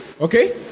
Okay